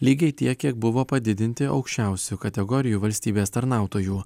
lygiai tiek kiek buvo padidinti aukščiausių kategorijų valstybės tarnautojų